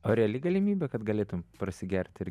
o reali galimybė kad galėtum prasigert ir